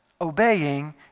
obeying